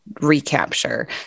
recapture